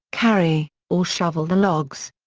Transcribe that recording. carry, or shovel the logs.